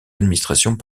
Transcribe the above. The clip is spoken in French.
administrations